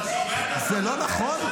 זה לא נכון?